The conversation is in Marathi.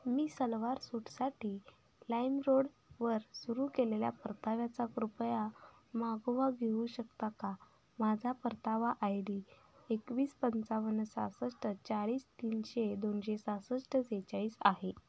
मी सलवार सूटसाठी लाईमरोडवर सुरू केलेल्या परताव्याचा कृपया मागोवा घेऊ शकता का माझा परतावा आय डी एकवीस पंचावन सासष्ट चाळीस तीनशे दोनशे सासष्ट सेहेचाळीस आहे